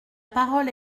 parole